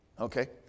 Okay